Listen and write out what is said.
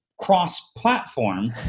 cross-platform